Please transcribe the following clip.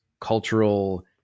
cultural